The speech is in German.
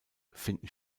finden